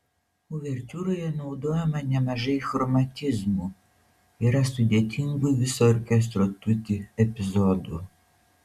uvertiūroje naudojama nemažai chromatizmų yra sudėtingų viso orkestro tutti epizodų